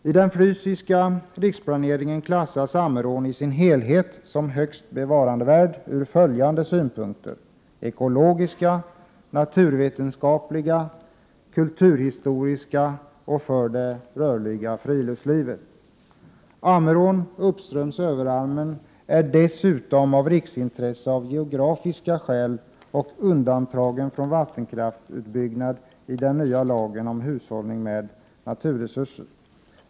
I den fysiska riksplaneringen klassas Ammerån i sin helhet som högst bevarandevärd från ekologiska, naturvetenskapliga och kulturhistoriska synpunkter och för det rörliga friluftslivet. Ammerån uppströms Överammer är dessutom av geografiska skäl av riksintresse och undantagen från vattenkraftsutbyggnad i den nya lagen om hushållning med naturresurser.